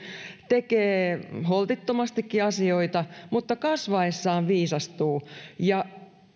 tekee holtittomastikin asioita mutta kasvaessaan viisastuu